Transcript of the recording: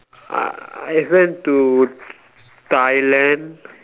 I I went to Thailand